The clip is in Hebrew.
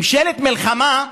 ממשלת מלחמה,